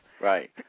Right